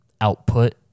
output